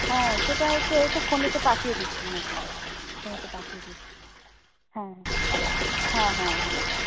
হ্যাঁ সেটা হচ্ছে এই তো ফোনেতে পাঠিয়ে দিচ্ছি মেসেজে ফোনেতে পাঠিয়ে দিচ্ছি হ্যাঁ হ্যাঁ হ্যাঁ হ্যাঁ হ্যাঁ